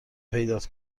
پیدات